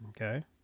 okay